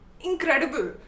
incredible